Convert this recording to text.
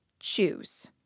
Choose